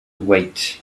wait